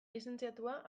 lizentziatua